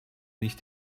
nicht